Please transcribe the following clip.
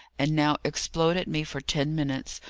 and now explode at me for ten minutes,